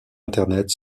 internet